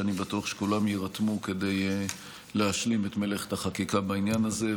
אני בטוח שכולם יירתמו כדי להשלים את מלאכת החקיקה בעניין הזה,